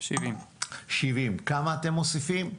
70. כמה אתם מוסיפים?